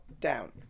down